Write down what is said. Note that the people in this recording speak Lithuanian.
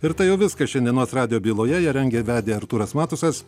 ir tai jau viskas šiandienos radijo byloje ją rengė vedė artūras matusas